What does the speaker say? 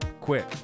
quit